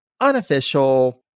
unofficial